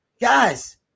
Guys